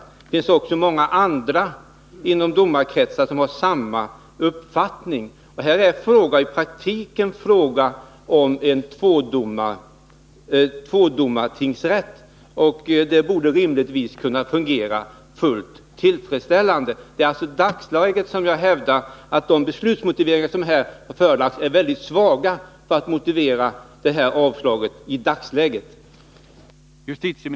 Det finns också i domarkretsar många andra som har samma uppfattning. Här är det i praktiken fråga om en tvådomartingsrätt. Detta borde rimligtvis kunna fungera fullt tillfredsställande. Det är alltså med tanke på dagsläget som jag hävdar att de framlagda beslutsmotiveringarna för ett avslag är mycket svaga.